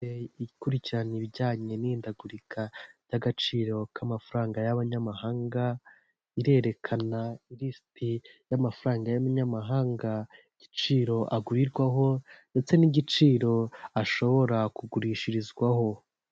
Ikurikirana ibijyanye n'ihindagurika ry'agaciro k'amafaranga y'abanyamahanga, irerekana irisiti y'amafaranga y'abanyamahanga igiciro agurirwaho ndetse n'igiciro ashobora kugurishirizwaho.